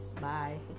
bye